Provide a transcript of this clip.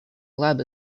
lab